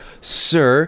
sir